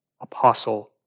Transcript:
apostle